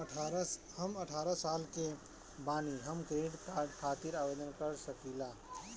हम अठारह साल के बानी हम क्रेडिट कार्ड खातिर आवेदन कर सकीला?